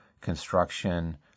construction